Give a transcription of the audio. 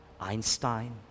Einstein